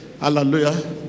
Hallelujah